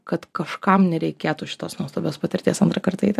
kad kažkam nereikėtų šitos nuostabios patirties antrą kartą eiti